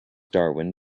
darwin